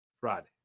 Friday